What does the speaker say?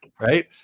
right